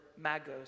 magos